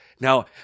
Now